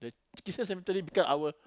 kisses cemetery become ours